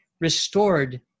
restored